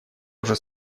уже